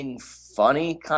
funny